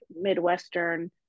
midwestern